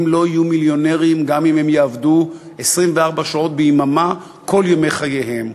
הם לא יהיו מיליונרים גם אם הם יעבדו 24 שעות ביממה כל ימי חייהם,